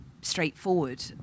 straightforward